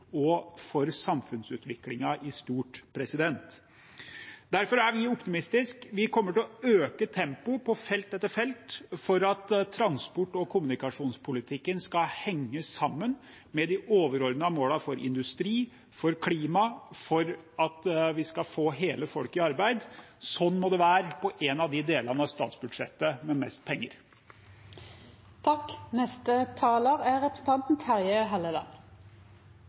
og for samfunnsutviklingen i stort. Derfor er vi optimistiske. Vi kommer til å øke tempoet på felt etter felt for at transport- og kommunikasjonspolitikken skal henge sammen med de overordnede målene for industri, for klima, for at vi skal få hele folket i arbeid. Sånn må det være på en av de delene av statsbudsjettet med mest penger.